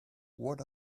what